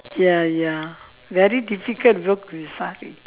ya ya very difficult work with sari